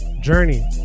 journey